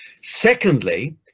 Secondly